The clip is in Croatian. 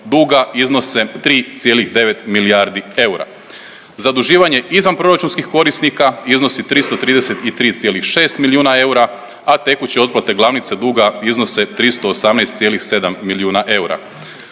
duga iznose 3,9 milijardi eura. Zaduživanje izvanproračunskih korisnika iznosi 333,6 milijuna eura, a tekuće otplate glavnice duga iznose 318,7 milijuna eura.